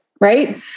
Right